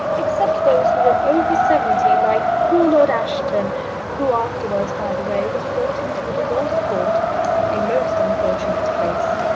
except those who were over seventy, like poor lord ashton who afterwards, by the way, was brought into the divorce court a most unfortunate case.